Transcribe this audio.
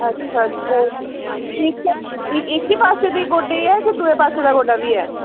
अच्छा इक्कै पासे दे गोड्डे गी ऐ दुए पासे दा गोड्डा बी ऐ